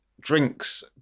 drinks